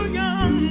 young